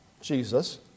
Jesus